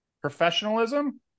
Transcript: professionalism